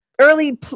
Early